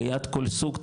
ליד כל סוג,